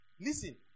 Listen